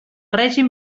règim